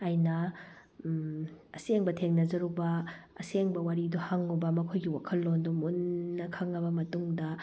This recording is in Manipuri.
ꯑꯩꯅ ꯑꯁꯦꯡꯕ ꯊꯦꯡꯅꯖꯔꯨꯕ ꯑꯁꯦꯡꯕ ꯋꯥꯔꯤꯗꯨ ꯍꯪꯂꯨꯕ ꯃꯈꯣꯏꯒꯤ ꯋꯥꯈꯜꯂꯣꯟꯗꯨ ꯃꯨꯟꯅ ꯈꯪꯂꯕ ꯃꯇꯨꯡꯗ